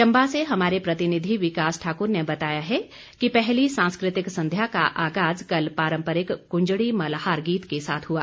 चंबा से हमारे प्रतिनिधि विकास ठाकुर ने बताया है कि पहली सांस्कृतिक संध्या का आगाज कल पारंपरिक कुंजड़ि मल्हार गीत के साथ हुआ